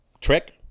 trick